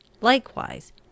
likewise